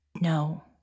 no